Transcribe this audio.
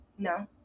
no